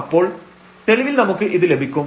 അപ്പോൾ തെളിവിൽ നമുക്ക് ഇത് ലഭിക്കും